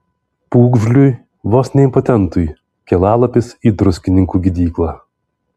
pūgžliui vos ne impotentui kelialapis į druskininkų gydyklą